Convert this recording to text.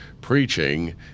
preaching